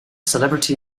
celebrity